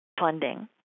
Funding